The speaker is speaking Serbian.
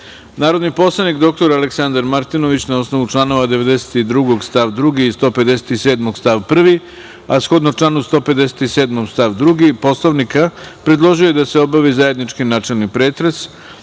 poslanik, dr Aleksandar Martinović, na osnovu članova 92. stav 2. i 157. stav 1, a shodno članu 157. stav 2. Poslovnika, predložio je da se obavi zajednički načelni pretres